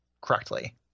correctly